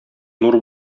нур